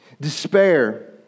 despair